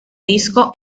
disco